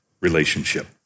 relationship